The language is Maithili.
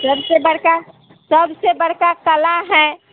सभसँ बड़का सभसँ बड़का कला है